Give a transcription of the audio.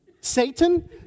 Satan